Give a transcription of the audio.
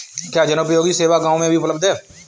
क्या जनोपयोगी सेवा गाँव में भी उपलब्ध है?